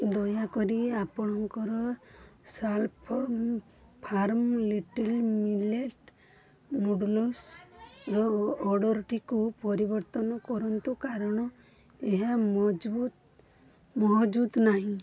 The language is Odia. ଦୟାକରି ଆପଣଙ୍କର ସାଲଫର୍ ଫାର୍ମ୍ ଲିଟିଲ୍ ମିଲେଟ୍ ନୁଡ଼ଲ୍ସ୍ର ଅର୍ଡ଼ର୍ଟିକୁ ପରିବର୍ତ୍ତନ କରନ୍ତୁ କାରଣ ଏହା ମଜବୁତ ମହଜୁଦ ନାହିଁ